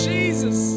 Jesus